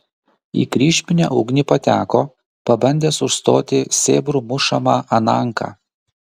į kryžminę ugnį pateko pabandęs užstoti sėbrų mušamą ananką